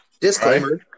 Disclaimer